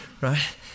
Right